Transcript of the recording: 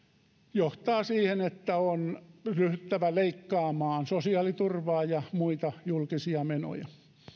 johtaa siihen että on ryhdyttävä leikkaamaan sosiaaliturvaa ja muita julkisia menoja